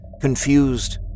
Confused